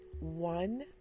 one